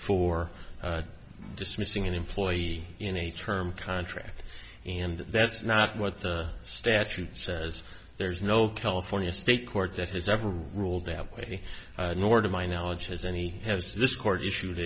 for dismissing an employee in a term contract and that's not what the statute says there is no california state court that has ever ruled them away nor to my knowledge has any has this court issued